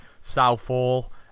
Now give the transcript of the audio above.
Southall